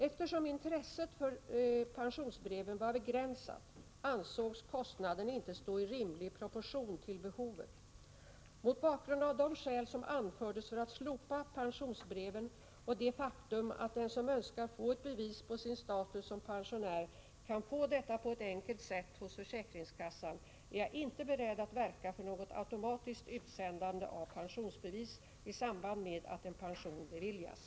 Eftersom intresset för pensionsbreven var begränsat ansågs kostnaden inte stå i rimlig proportion till behovet. Mot bakgrund av de skäl som anfördes för att slopa pensionsbreven och det faktum att den som önskar få ett bevis på sin status som pensionär kan få detta på ett enkelt sätt hos försäkringskassan är jag inte beredd att verka för något automatiskt utsändande av pensionsbevis i samband med att en pension beviljas.